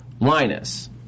Linus